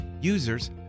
Users